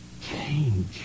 change